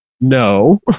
No